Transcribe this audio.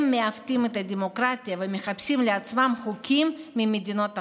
הם מעוותים את הדמוקרטיה ומחפשים לעצמם חוקים ממדינות אחרות,